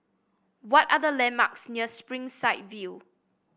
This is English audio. what are the landmarks near Springside View